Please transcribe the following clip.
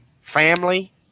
family